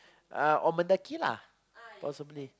uh or Mendaki lah possibly